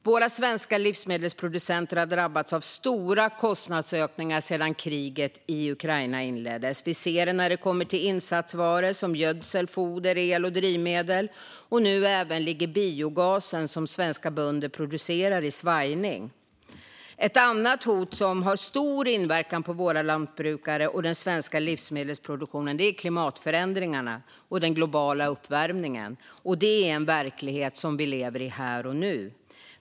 Våra svenska livsmedelsproducenter har drabbats av stora kostnadsökningar sedan kriget i Ukraina inleddes. Vi ser detta när det kommer till insatsvaror som gödsel, foder, el och drivmedel, och nu svajar det även för den biogas som svenska bönder producerar. Ett annat hot som har stor inverkan på våra lantbrukare och den svenska livsmedelsproduktionen är klimatförändringarna och den globala uppvärmningen. Det är en verklighet vi lever i här och nu.